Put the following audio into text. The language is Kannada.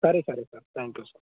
ಸರಿ ಸರಿ ಸರ್ ತ್ಯಾಂಕ್ ಯು ಸರ್